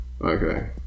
Okay